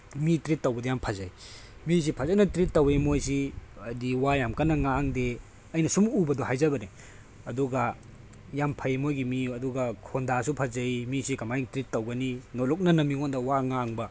ꯃꯤ treat ꯇꯧꯕꯗꯤ ꯌꯥꯝ ꯐꯖꯩ ꯃꯤꯁꯤ ꯐꯖꯅ ꯇ꯭꯭ꯔꯤꯠ ꯇꯧꯏ ꯃꯣꯏꯁꯤ ꯍꯥꯏꯕꯗꯤ ꯋꯥ ꯌꯥꯝ ꯀꯟꯅ ꯉꯥꯡꯗꯦ ꯑꯩꯅ ꯁꯨꯝ ꯎꯕꯗꯣ ꯍꯥꯏꯖꯕꯅꯤ ꯑꯗꯨꯒ ꯌꯥꯝ ꯐꯩ ꯃꯣꯏꯒꯤ ꯃꯤ ꯑꯗꯨꯒ ꯈꯣꯟꯗꯥꯁꯨ ꯐꯖꯩ ꯃꯤꯁꯦ ꯀꯃꯥꯏꯅ ꯇ꯭ꯔꯤꯠ ꯇꯧꯒꯅꯤ ꯅꯣꯂꯨꯛꯅꯅ ꯃꯤꯉꯣꯟꯗ ꯋꯥ ꯉꯥꯡꯕ